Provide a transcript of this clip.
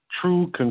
true